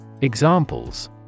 Examples